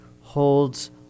holds